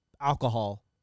alcohol